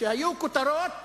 שהיו כותרות: